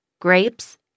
grapes